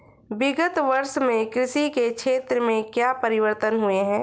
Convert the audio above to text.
विगत वर्षों में कृषि के क्षेत्र में क्या परिवर्तन हुए हैं?